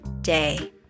day